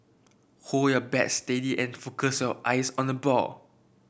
hold your bat steady and focus your eyes on the ball